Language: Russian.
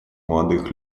молодых